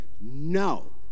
No